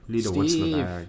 Steve